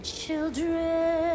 children